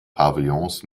pavillons